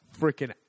freaking